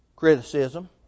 Criticism